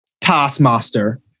taskmaster